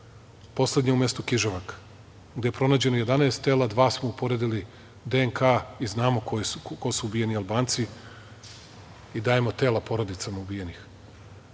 Poslednja je u mestu Kiževak, gde je pronađeno 11 tela. Dva smo uporedili DNK i znamo ko su ubijeni Albanci i dajemo tela porodicama ubijenih. Da